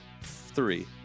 Three